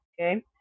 Okay